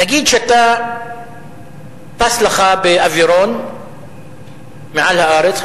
נגיד שאתה טס לך בלילה באווירון מעל הארץ,